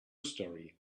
story